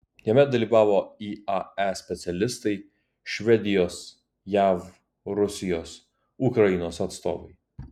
jame dalyvavo iae specialistai švedijos jav rusijos ukrainos atstovai